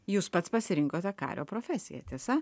jūs pats pasirinkote kario profesiją tiesa